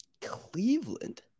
Cleveland